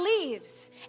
leaves